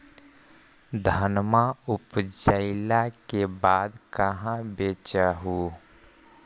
धनमा उपजाईला के बाद कहाँ बेच हू?